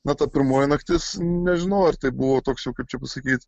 na ta pirmoji naktis nežinau ar tai buvo toks jau kaip čia pasakyt